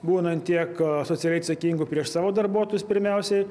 būnant tiek socialiai atsakingu prieš savo darbuotojus pirmiausiai